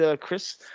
Chris